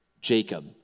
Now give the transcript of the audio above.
Jacob